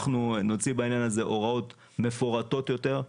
אנחנו נוציא בעניין הזה הוראות מפורטות יותר,